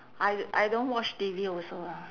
I I don't watch T_V also lah